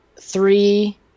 three